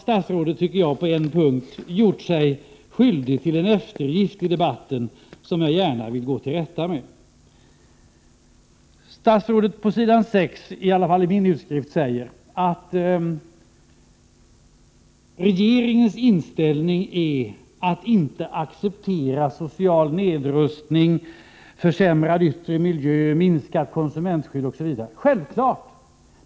Statsrådet har här på en punkt, tycker jag, gjort sig skyldig till en eftergift i debatten, som jag gärna vill gå till rätta med. Statsrådet säger — det står på s. 6 i interpellationssvaret — att regeringens inställning är att inte acceptera social nedrustning, försämrad yttre miljö, minskat konsumentskydd osv. Detta är självklart.